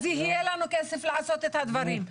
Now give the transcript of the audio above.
אז יהיה לנו כסף לעשות את הדברים.